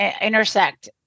intersect